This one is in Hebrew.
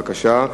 בבקשה.